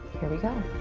here we go.